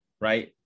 right